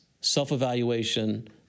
self-evaluation